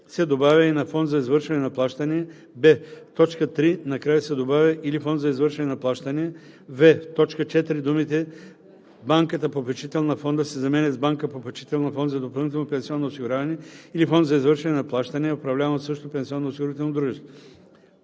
се добавя „и на фонд за извършване на плащания“; б) в т. 3 накрая се добавя „или фонд за извършване на плащания“; в) в т. 4 думите „банката-попечител на фонда“ се заменят с „банка – попечител на фонд за допълнително пенсионно осигуряване или фонд за извършване на плащания, управляван от същото пенсионноосигурително дружество“.